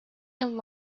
and